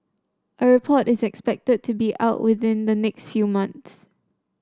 a report is expected to be out within the next few months